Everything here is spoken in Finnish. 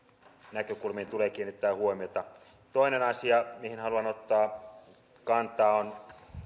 näkökulmiin tulee kiinnittää huomiota toinen asia mihin haluan ottaa kantaa on